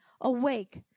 Awake